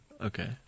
Okay